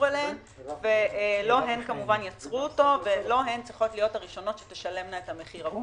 אליהן ולא הן יצרו אותו ולא הן צריכות להיות אלה שישלמו את המחיר.